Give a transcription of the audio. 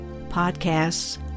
podcasts